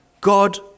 God